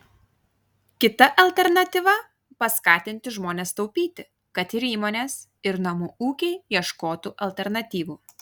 kita alternatyva paskatinti žmones taupyti kad ir įmonės ir namų ūkiai ieškotų alternatyvų